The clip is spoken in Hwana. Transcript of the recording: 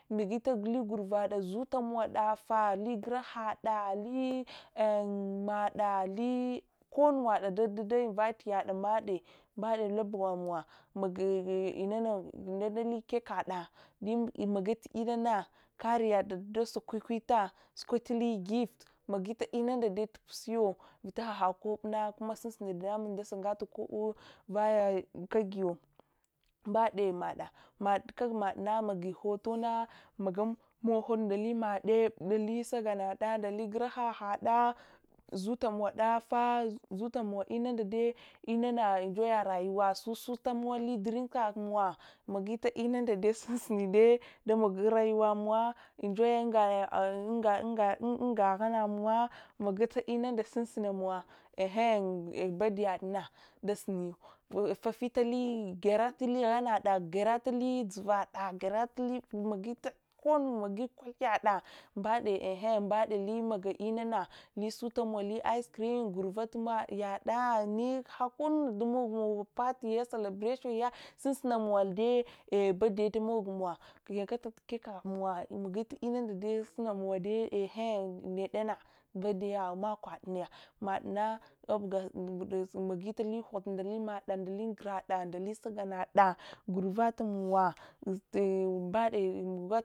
Magitomogi li gurvada, zumow deffa ndale gurahadda limadda konuwada mbadde gamowa ndali cake kada magat inana karyada desakwayitah, sukwitu gift magitundade fusiya vita hahad kwabana sungasa dadamun kwabana vayo yiyo mbade madda anamagi hotona magamunda-li maddo ndali sagangudda ndali gurahahaɗa zutamow daffa zutamow inunɗe ɗai inana enjoy yarayuwa, suso-turayuwa mawa enjiy unga hangamowa magattu inunda dasunsunamowa gyaratami dzuvada gyratamilai magitli kwakyado, mbadeli magal inana dasukali ice cacam gurfena hadinunda ɗamagulwa party ye, celebration sunsunamow detumog mowa magitinunɗa dai ehe’ neddana dedaya makwa diya, madna magilahoto ndali mad, ndalisaganyada, gunuvatamowa tun mbade.